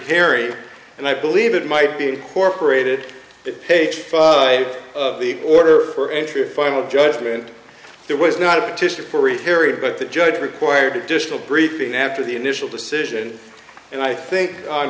repairing and i believe it might be incorporated to page five of the order for entry or final judgment there was not a petition for harry but the judge required additional briefing after the initial decision and i think